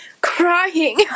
crying